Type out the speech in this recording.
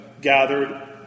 gathered